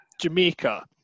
Jamaica